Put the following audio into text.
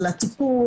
על הטיפול,